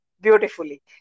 beautifully